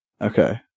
okay